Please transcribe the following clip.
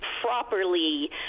properly